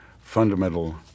fundamental